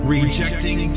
Rejecting